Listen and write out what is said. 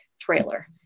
trailer